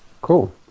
Cool